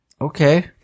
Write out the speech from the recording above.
Okay